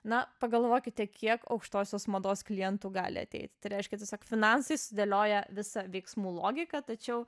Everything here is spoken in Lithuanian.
na pagalvokite kiek aukštosios mados klientų gali ateiti tai reiškia tiesiog finansai sudėlioja visą veiksmų logiką tačiau